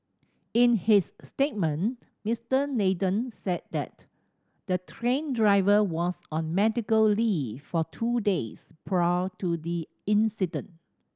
in his statement Mister Nathan said that the train driver was on medical leave for two days prior to the incident